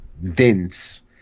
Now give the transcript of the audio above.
Vince